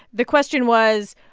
the question was,